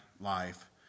life